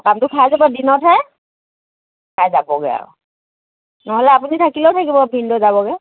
সকামটো খাই যাব দিনতহে খাই যাবগৈ আৰু নহ'লে আপুনি থাকিলেও থাকিব ভিনদেউ যাবগৈ